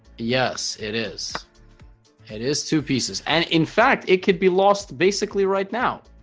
yes it is it is two pieces and in fact it could be lost basically right now